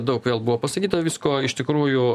daug vėl buvo pasakyta visko iš tikrųjų